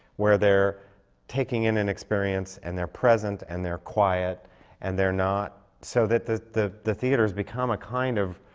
where they're taking in an experience and they're present and they're quiet and they're not so that the the theatre has become a kind of